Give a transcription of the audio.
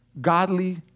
godly